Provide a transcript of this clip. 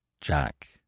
Jack